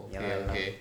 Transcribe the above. ya lor ya lor